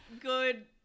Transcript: good